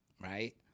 right